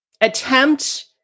attempt